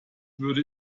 würde